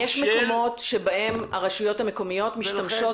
מקומות שבהם הרשויות המקומיות משתמשות